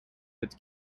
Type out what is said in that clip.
but